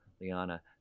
Liana